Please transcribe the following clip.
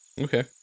Okay